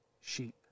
sheep